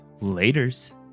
Laters